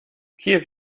kiew